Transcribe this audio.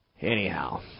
Anyhow